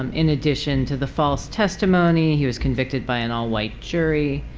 um in addition to the false testimony he was convicted by an all-white jury.